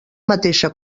mateixa